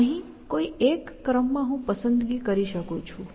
અહીં કોઈ એક ક્રમ માં હું પસંદગી કરી શકું છું